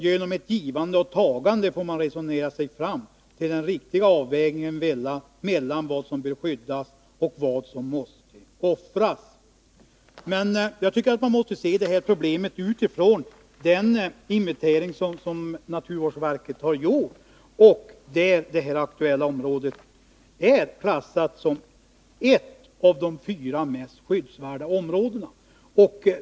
Genom ett givande och tagande får man resonera sig fram till den riktiga avvägningen mellan vad som bör skyddas och vad som måste offras.” Men jag tycker att man måste se problemet utifrån den inventering som naturvårdsverket har gjort och där det aktuella området är klassat som ett av de fyra mest skyddsvärda områdena.